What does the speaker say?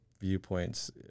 Viewpoints